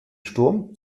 sturm